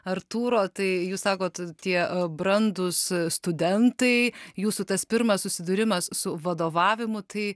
artūro tai jūs sakot tie brandūs studentai jūsų tas pirmas susidūrimas su vadovavimu tai